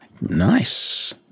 Nice